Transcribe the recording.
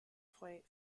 point